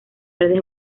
redes